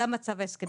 לגבי צה"ל.